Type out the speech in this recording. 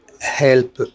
help